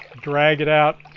drag it out,